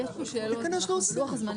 שעכשיו אנחנו שומטים את הקרקע מעל כל העניין.